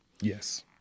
Yes